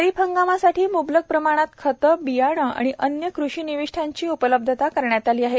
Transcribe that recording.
खरीप हंगामासाठी मुंबलक प्रमाणात खते बियाणे व अन्न्य कृषि निविष्ठांची उपलब्धता करण्यात आली आहे